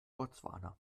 botswana